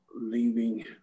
leaving